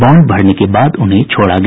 bond भरने के बाद उन्हें छोड़ा गया